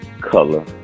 color